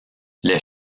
les